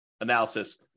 analysis